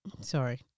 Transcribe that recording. Sorry